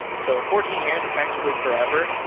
so fourteen years effectively forever.